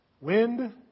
Wind